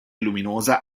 luminosa